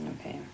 Okay